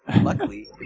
Luckily